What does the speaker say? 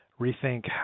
rethink